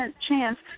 chance